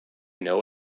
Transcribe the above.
know